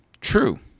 True